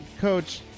Coach